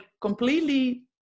completely